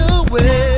away